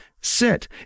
sit